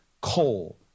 coal